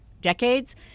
decades